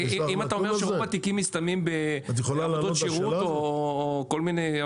אם אתה אומר שרוב התיקים מסתיימים בעבודות שירות או כל מיני,